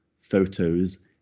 photos